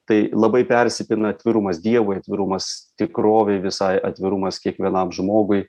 tai labai persipina atvirumas dievui atvirumas tikrovei visai atvirumas kiekvienam žmogui